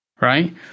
right